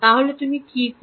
তো তুমি কি কর